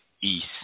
East